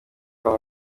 uko